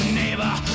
neighbor